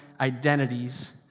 identities